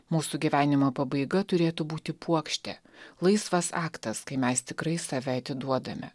mūsų gyvenimo pabaiga turėtų būti puokštė laisvas aktas kai mes tikrai save atiduodame